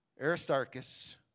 Aristarchus